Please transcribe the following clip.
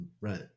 Right